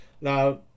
Now